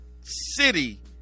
city